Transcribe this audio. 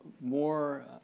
more